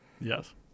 Yes